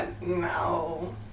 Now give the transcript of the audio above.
no